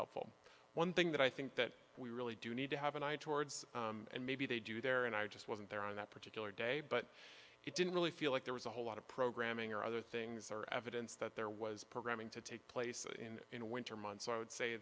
helpful one thing that i think that we really do need to have an eye towards and maybe they do there and i just wasn't there on that particular day but it didn't really feel like there was a whole lot of programming or other things or evidence that there was programming to take place in in winter months i would say